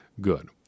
Good